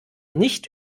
nicht